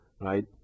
right